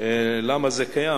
למה זה קיים.